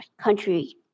country